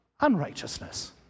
unrighteousness